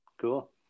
Cool